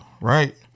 right